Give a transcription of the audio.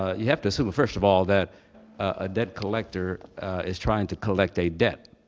ah you have to assume, first of all, that a debt collector is trying to collect a debt.